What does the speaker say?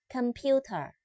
Computer